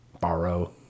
borrow